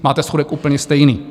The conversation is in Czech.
Máte schodek úplně stejný.